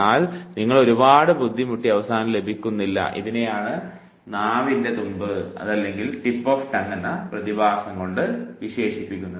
എന്നാൽ നിങ്ങൾ ഒരുപാട് ബുദ്ധിമുട്ടി അവസാനം ലഭിക്കുന്നില്ല ഇതിനെയാണ് നാവിൻറെ തുമ്പത്ത് പ്രതിഭാസം എന്ന് വിളിക്കുന്നത്